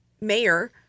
mayor